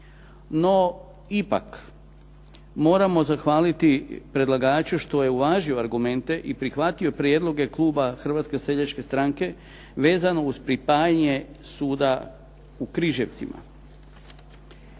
No ipak, moramo zahvaliti predlagaču što je uvažio argumente i prihvatio prijedloge kluba Hrvatske seljačke stranke vezano uz pripajanje suda u Križevcima.